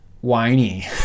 whiny